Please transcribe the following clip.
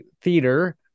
theater